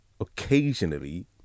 occasionally